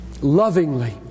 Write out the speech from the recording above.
Lovingly